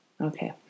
okay